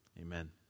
Amen